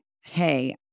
hey